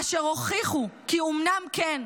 אשר הוכיחו כי אומנם כן,